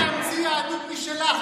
את יכולה להמציא יהדות משלך,